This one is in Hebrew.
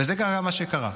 וזה גם מה שקרה.